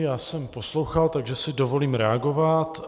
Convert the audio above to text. Já jsem poslouchal, takže si dovolím reagovat.